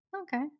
Okay